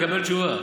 תקבל תשובה.